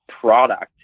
product